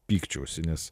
pykčiausi nes